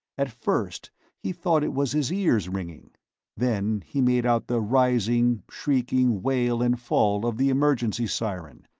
at first he thought it was his ears ringing then he made out the rising, shrieking wail and fall of the emergency siren,